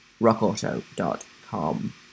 rockauto.com